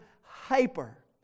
hyper